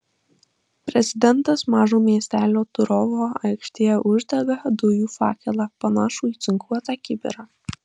prezidentas mažo miestelio turovo aikštėje uždega dujų fakelą panašų į cinkuotą kibirą